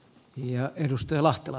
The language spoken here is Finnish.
arvoisa puhemies